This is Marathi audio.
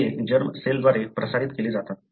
हे जर्म सेलद्वारे प्रसारित केले जातात